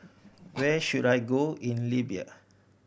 where should I go in Libya